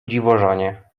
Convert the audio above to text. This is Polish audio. dziwożonie